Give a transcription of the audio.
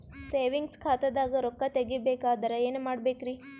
Savings ಖಾತಾದಾಗ ರೊಕ್ಕ ತೇಗಿ ಬೇಕಾದರ ಏನ ಮಾಡಬೇಕರಿ?